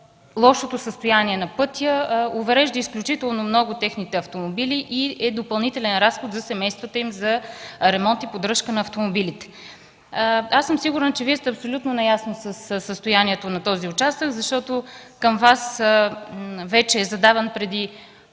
лошото състояние на пътя уврежда изключително много техните автомобили и е допълнителен разход за семействата им за ремонт и поддръжка на автомобилите. Аз съм сигурна, че Вие сте абсолютно наясно със състоянието на този участък, защото към Вас вече е задаван въпрос